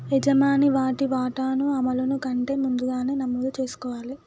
యజమాని వాటి వాటాను అమలును కంటే ముందుగానే నమోదు చేసుకోవాలి